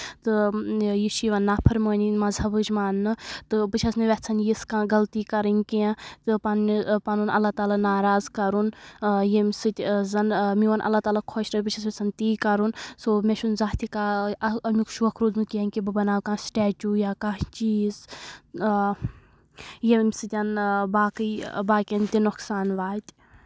تہٕ یہِ چھُ یِوان نافرمٲنِی مذہبٕچ مانٕنہٕ تہٕ بہٕ چھَس نہٕ یژھان یِژھ کانٛہہ غلطی کَرٕنۍ کیٚنٛہہ تہٕ پنٕنہِ پَنُن اللّٰہ تعالیٰ ناراض کَرُن ییٚمہِ سۭتۍ زَن میون اللّٰہ تعالیٰ خۄش روزِ بہٕ چھَس یژھان تی کَرُن سو مےٚ چھُ نہٕ زانٛہہ تہِ کانٛہہ امیُک شوق روٗدمُت کیٚنٛہہ کہِ بہٕ بَناوو کانٛہہ سِٹیچوٗ یا کانٛہہ چیٖز یِیٚمہِ سۭتٮ۪ن باقٕے باقی یَن تہِ نۄٍصان واتہِ